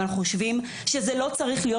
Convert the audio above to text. אבל אנחנו חושבים שזה לא צריך להיות